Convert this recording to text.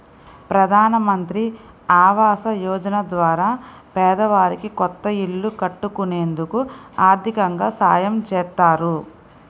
ప్రధానమంత్రి ఆవాస యోజన ద్వారా పేదవారికి కొత్త ఇల్లు కట్టుకునేందుకు ఆర్దికంగా సాయం చేత్తారు